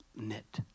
knit